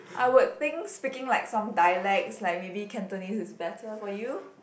I would think speaking like some dialects like maybe Cantonese is better for you